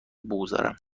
بگذارم